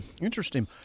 interesting